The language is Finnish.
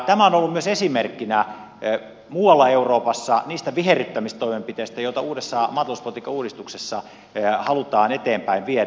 tämä on ollut myös esimerkkinä muualla euroopassa niistä viherryttämistoimenpiteistä joita uudessa maatalouspolitiikan uudistuksessa halutaan eteenpäin viedä